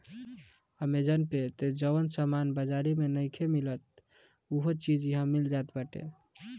Amazon पे तअ जवन सामान बाजारी में नइखे मिलत उहो चीज इहा मिल जात बाटे